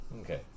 Okay